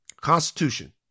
Constitution